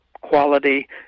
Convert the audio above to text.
quality